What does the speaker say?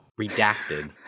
Redacted